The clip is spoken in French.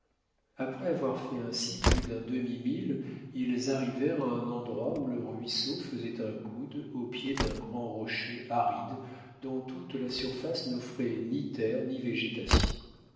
après avoir fait ainsi plus d'un demi-mille ils arrivèrent à un endroit où le ruisseau faisait un coude au pied d'un grand rocher aride dont toute la surface n'offrait ni terre ni végétation